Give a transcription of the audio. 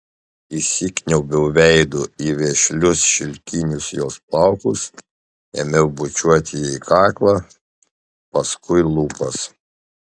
įsikniaubiau veidu į vešlius šilkinius jos plaukus ėmiau bučiuoti jai kaklą paskui lūpas